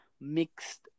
mixed